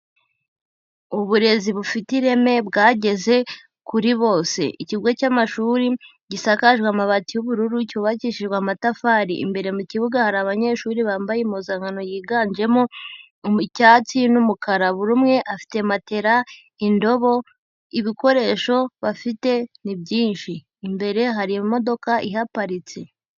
Uburezi bufite ireme bwageze kuri bose. Ikigo cy'amashuri gisakajwe amabati y'ubururu, cyubakishijwe amatafari. Imbere mu kibuga hari abanyeshuri bambaye impuzankano yiganjemo icyatsi n'umukara. Buri umwe afite matera, indobo, ibikoresho bafite ni byinshi. Imbere hari imodoka ihaparitse.